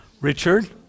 Richard